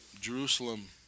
Jerusalem